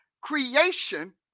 Creation